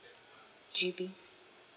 G_B